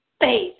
faith